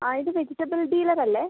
ആ ഇത് വെജിറ്റബൾ ഡീലറല്ലേ